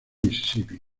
misisipi